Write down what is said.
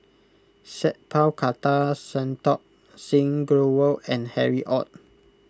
Sat Pal Khattar Santokh Singh Grewal and Harry Ord